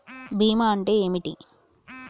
బీమా అంటే ఏమిటి?